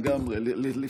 לגמרי, לגמרי.